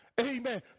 Amen